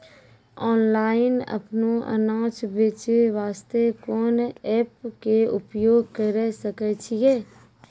Online अपनो अनाज बेचे वास्ते कोंन एप्प के उपयोग करें सकय छियै?